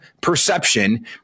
perception